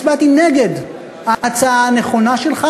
הצבעתי נגד ההצעה הנכונה שלך,